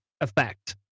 effect